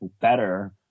better